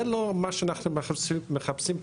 זה לא מה שאנחנו מחפשים פה.